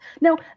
Now